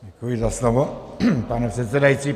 Děkuji za slovo, pane předsedající.